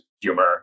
humor